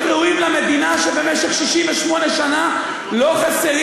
להיות ראויים למדינה שבמשך 68 שנה לא חסרים